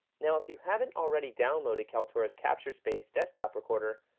now if you haven't already downloaded kaltura's capturespace desktop recorder,